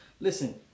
Listen